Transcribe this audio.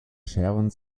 sharon